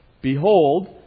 behold